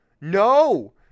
No